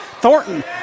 Thornton